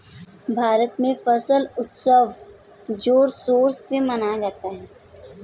भारत में फसल उत्सव जोर शोर से मनाया जाता है